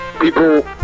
people